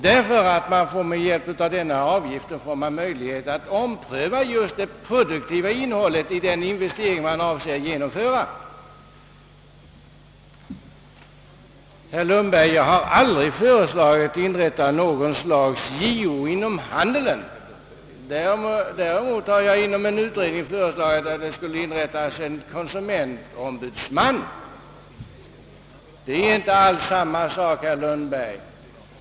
Man får nämligen med hjälp av denna avgift möjlighet att ompröva just det produktiva innehållet i den investering man avser att genomföra. Herr Lundberg, jag har aldrig föreslagit inrättandet av något slags JO inom handeln! Däremot har jag i en utredning föreslagit att det skulle inrättas en konsumentombudsman. Det är inte alls samma sak, herr Lundberg!